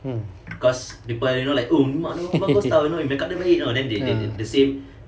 mm ya